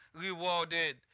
rewarded